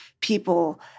people